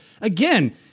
again